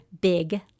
Big